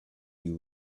you